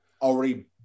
already